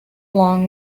along